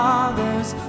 Father's